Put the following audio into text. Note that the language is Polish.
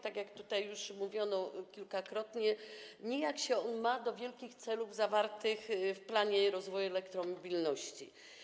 Tak jak tutaj już kilkakrotnie mówiono, nijak się on ma do wielkich celów zawartych w planie rozwoju elektromobilności.